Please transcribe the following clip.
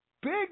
Big